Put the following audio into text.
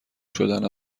شدن